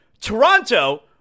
Toronto